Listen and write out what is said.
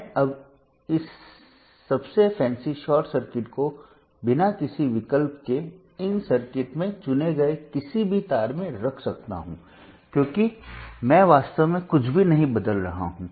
मैं इस सबसे फैंसी शॉर्ट सर्किट को बिना किसी विकल्प के इस सर्किट में चुने गए किसी भी तार में रख सकता हूं क्योंकि मैं वास्तव में कुछ भी नहीं बदल रहा हूं